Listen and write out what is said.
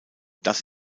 das